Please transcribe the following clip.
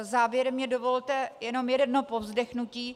Závěrem mi dovolte jenom jedno povzdechnutí.